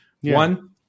One